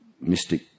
mystic